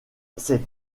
ces